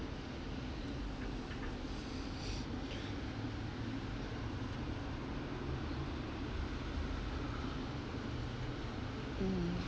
mm